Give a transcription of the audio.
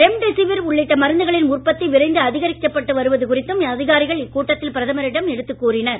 remdesivir உள்ளிட்ட மருந்துகளின் உற்பத்தி விரைந்து அதிகரிக்கப்பட்டு வருவது குறித்தும் அதிகாரிகள் இக் கூட்டத்தில் பிரமரிடம் எடுத்து கூறினர்